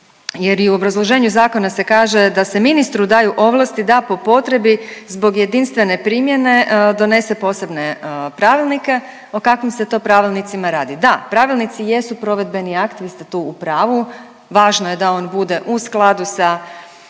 jer i u obrazloženju zakona se kaže da se ministru daju ovlasti da po potrebi zbog jedinstvene primjene, donesene posebne pravilnike, o kakvim se to pravilnicima radi. Da pravilnici jesu provedbeni akti, vi ste tu u pravu, važno je da on bude u skladu sa